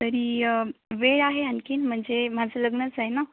तरी वेळ आहे आणखी म्हणजे माझं लग्नच आहे ना